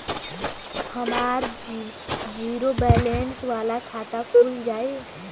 हमार zero balance वाला खाता खुल जाई?